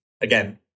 Again